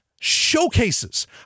showcases